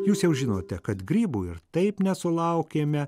jūs jau žinote kad grybų ir taip nesulaukėme